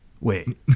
Wait